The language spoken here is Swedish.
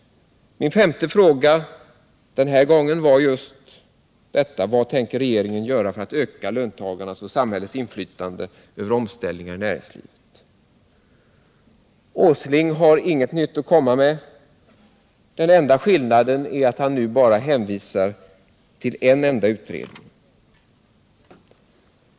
Min femte fråga den här gången gällde just detta: Vad tänker regeringen göra för att öka löntagarnas och samhällets inflytande över omställningar i näringslivet? Herr Åsling har inget nytt att komma med. Skillnaden är att han nu bara hänvisar till en enda utredning.